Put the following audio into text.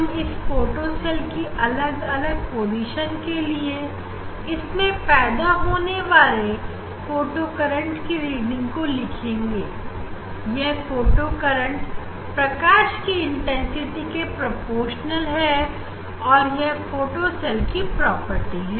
हम इस photo cell की अलग अलग पोजीशन के लिए इसमें पैदा होने वाले फोटोकरेंट की रीडिंग को लिखेंगे यह फोटो करंट प्रकाश की इंटेंसिटी के प्रपोजनल है यह फोटो सेल की प्रॉपर्टी है